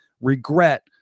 regret